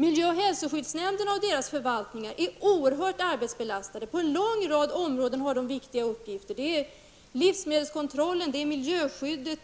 Miljö och hälsoskyddsnämnderna och deras förvaltningar är oerhört arbetsbelastade. De har viktiga uppgifter på en lång rad områden. Det gäller livsmedelskontrollen och miljöskyddet.